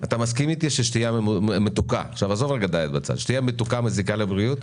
אתה מסכים אתי ששתייה מתוקה נעזוב את הדיאט בצד מזיקה לבריאות?